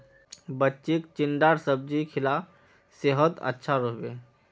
बच्चीक चिचिण्डार सब्जी खिला सेहद अच्छा रह बे